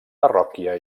parròquia